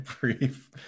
brief